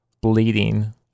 bleeding